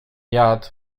jadł